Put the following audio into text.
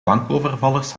bankovervallers